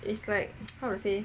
is like how to say